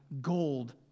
gold